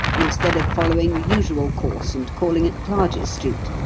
instead of following the usual course and calling at clarges street?